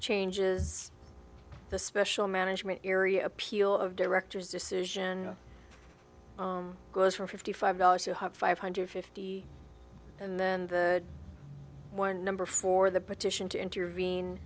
changes the special management area appeal of director's decision goes for fifty five dollars you have five hundred fifty and then the one number for the petition to intervene